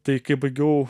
tai kai baigiau